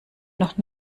noch